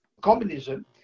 communism